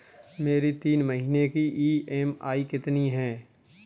मेरी तीन महीने की ईएमआई कितनी है?